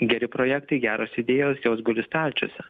geri projektai geros idėjos jos guli stalčiuose